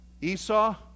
Esau